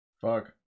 Fuck